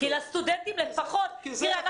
כי לסטודנטים לפחות תראה,